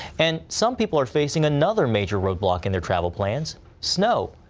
and some people are facing another major roadblock in their travel plans snow.